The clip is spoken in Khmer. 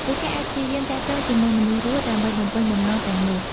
ពួកគេអាចព្យាយាមទាក់ទងជាមួយមនុស្សរស់ដើម្បីបំពេញបំណងទាំងនោះ។